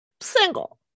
Single